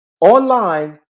online